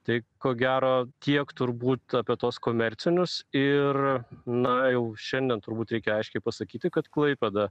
tai ko gero tiek turbūt apie tuos komercinius ir na jau šiandien turbūt reikia aiškiai pasakyti kad klaipėda